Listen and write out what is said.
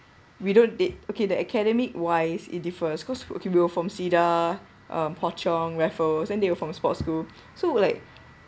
we don't dar~ okay the academic wise it differs cause if you were from cedar uh hwa chong raffles and they were from sports school so would like